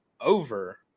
over